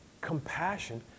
Compassion